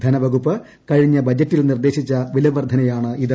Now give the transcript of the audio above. ധനവകുപ്പ് കഴിഞ്ഞ ബജറ്റിൽ നിർദ്ദേശിച്ച വിലവർധനയാണിത്